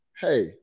hey